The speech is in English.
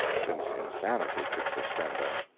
since insanity could suspend them.